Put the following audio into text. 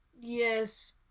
Yes